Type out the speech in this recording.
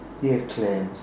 they have clams